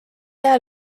jää